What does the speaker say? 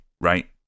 Right